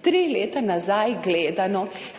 tri leta nazaj,